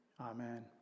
amen